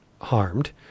harmed